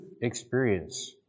experience